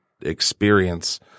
experience